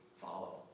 follow